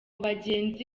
bagenzi